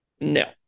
no